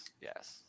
yes